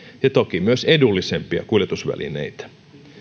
ja toki myös edullisempia kuljetusvälineitä